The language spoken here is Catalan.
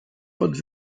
pot